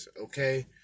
okay